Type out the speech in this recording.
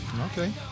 Okay